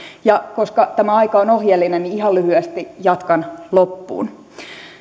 koska tämä aika on ohjeellinen niin ihan lyhyesti jatkan loppuun